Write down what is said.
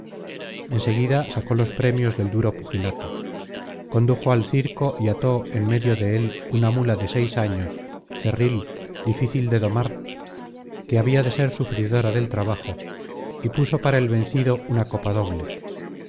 en seguida sacó los premios del duro pugilato condujo al circo y ató en medio de él una muía de seis años cerril difícil de domar que habia de ser sufridora del trabajo y puso para el vencido una copa doble